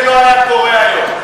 זה לא היה קורה היום.